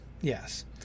yes